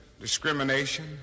discrimination